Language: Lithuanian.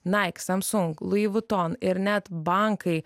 nike samsung laivuton ir net bankai